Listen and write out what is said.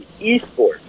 esports